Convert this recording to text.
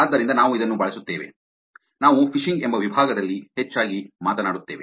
ಆದ್ದರಿಂದ ನಾವು ಇದನ್ನು ಬಳಸುತ್ತೇವೆ ನಾವು ಫಿಶಿಂಗ್ ಎಂಬ ವಿಭಾಗದಲ್ಲಿ ಹೆಚ್ಚಾಗಿ ಮಾತನಾಡುತ್ತೇವೆ